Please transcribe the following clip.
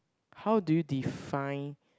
how do you define